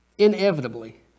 Inevitably